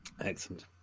Excellent